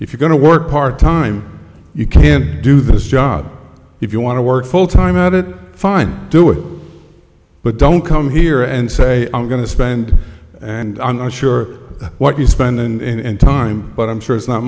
if you're going to work part time you can do this job if you want to work full time at it fine do it but don't come here and say i'm going to spend and i'm not sure what you spend and time but i'm sure it's not